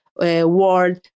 world